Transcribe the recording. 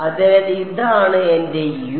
അതിനാൽ ഇതാണ് എന്റെ യു